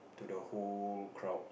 to the whole crowd